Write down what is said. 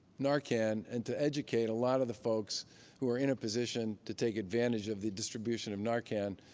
narcan, and to educate a lot of the folks who are in a position to take advantage of the distribution of narcan,